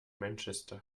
manchester